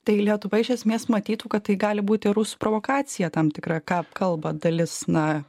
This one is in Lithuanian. tai lietuva iš esmės matytų kad tai gali būti rusų provokacija tam tikra ką kalba dalis na